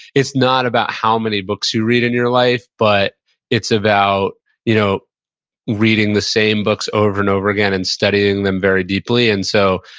it's not about how many books you read in your life, but it's about you know reading the same books over and over again and studying them very deeply. and so,